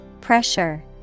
Pressure